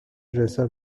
dresser